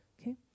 okay